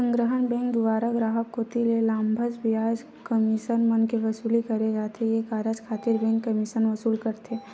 संग्रहन बेंक दुवारा गराहक कोती ले लाभांस, बियाज, कमीसन मन के वसूली करे जाथे ये कारज खातिर बेंक कमीसन वसूल करथे